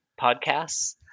podcasts